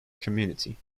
community